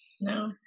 No